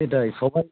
সেটাই সবাই